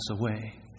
away